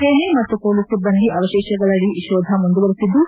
ಸೇನೆ ಮತ್ತು ಪೊಲೀಸ್ ಸಿಬ್ಲಂದಿ ಅವಶೇಷಗಳಡಿ ಕೋಧ ಮುಂದುವರಿಸಿದ್ದು